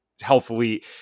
healthily